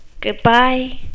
Goodbye